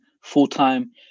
full-time